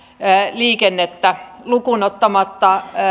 liikennettä lukuun ottamatta